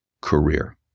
career